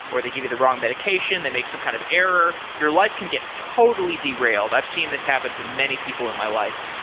or they give you the wrong medication. they make some kind of error. your life can get totally derailed. i've seen this happen to many people in my life.